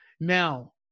Now